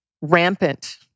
rampant